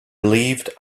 relieved